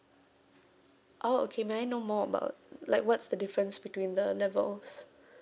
oh okay may I know more about like what's the difference between the levels